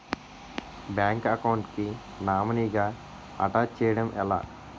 Bank account కి nominee గా attach చేయడం ఎలా?